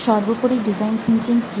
সর্বোপরি design thinking কি